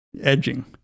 edging